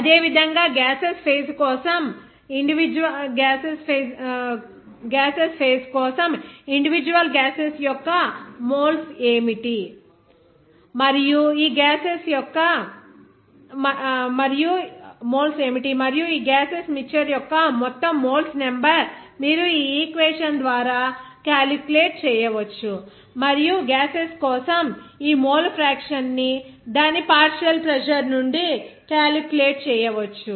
అదేవిధంగా gases phase కోసం individual gas యొక్క మోల్స్ ఏమిటి మరియు ఈ గ్యాసెస్ మిక్చర్ యొక్క మొత్తం మోల్స్ నెంబర్ మీరు ఈ ఈక్వేషన్ ద్వారా ఇక్కడ క్యాలిక్యులేట్ చేయవచ్చు మరియు గ్యాసెస్ కోసం ఈ మోల్ ఫ్రాక్షన్ ని దాని పార్షియల్ ప్రెజర్ నుండి క్యాలిక్యులేట్ చేయవచ్చు